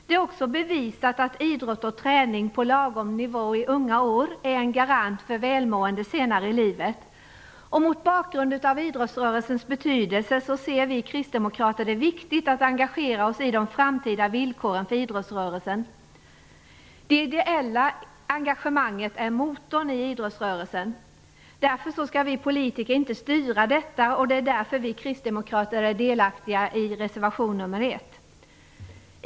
Det är också bevisat att idrott och träning på lagom nivå i unga år är en garant för välmående senare i livet. Mot bakgrund av idrottsrörelsens betydelse ser vi kristdemokrater det som viktigt att engagera oss i de framtida villkoren för idrottsrörelsen. Det ideella engagemanget är motorn i idrottsrörelsen. Därför skall vi politiker inte styra detta. Det är därför vi kristdemokrater är delaktiga i reservation nr 1.